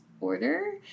order